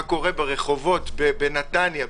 מה קורה ברחובות בנתניה,